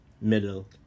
middle